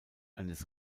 eines